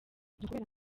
ukubera